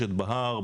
שמתרחשת בהר,